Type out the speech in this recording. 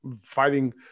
fighting